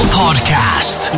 podcast